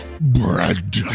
Bread